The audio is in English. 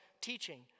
teaching